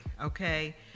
Okay